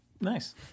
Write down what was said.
nice